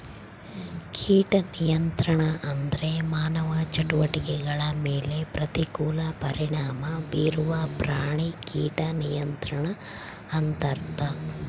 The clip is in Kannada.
ಕೀಟ ನಿಯಂತ್ರಣ ಅಂದ್ರೆ ಮಾನವ ಚಟುವಟಿಕೆಗಳ ಮೇಲೆ ಪ್ರತಿಕೂಲ ಪರಿಣಾಮ ಬೀರುವ ಪ್ರಾಣಿ ಕೀಟ ನಿಯಂತ್ರಣ ಅಂತರ್ಥ